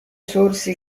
sorse